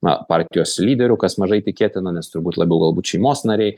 na partijos lyderių kas mažai tikėtina nes turbūt labiau galbūt šeimos nariai